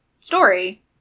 story